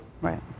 Right